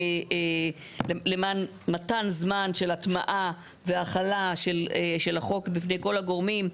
למען מתן זמן של הטמעה והחלה של החוק בפני כל הגורמים,